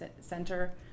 center